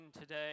today